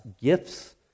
gifts